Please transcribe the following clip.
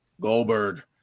Goldberg